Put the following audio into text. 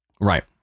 right